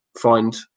find